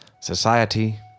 Society